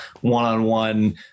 one-on-one